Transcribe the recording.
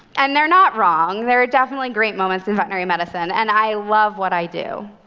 and they're not wrong. there are definitely great moments in veterinary medicine, and i love what i do.